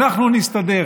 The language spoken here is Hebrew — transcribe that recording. ואנחנו נסתדר.